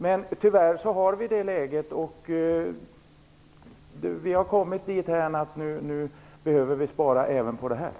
Men tyvärr är vi i ett läge som gör att vi kommit dithän att vi även behöver spara på detta område.